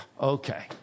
Okay